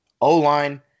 O-line